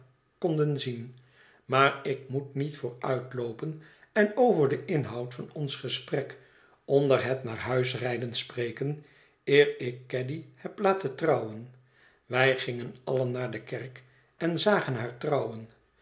maar ik moet niet vooruitloopen en over den inhoud van ons gesprek onder het naar huis rijden spreken eer ik caddy heb laten trouwen wij gingen allen naar de kerk en zagen haar trouwen